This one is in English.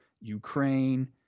Ukraine